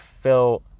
fill